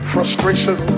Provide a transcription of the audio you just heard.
Frustration